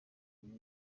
naryo